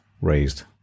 raised